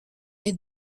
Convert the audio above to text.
est